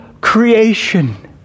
creation